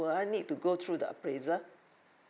would I need to go through the appraisal